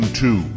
two